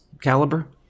caliber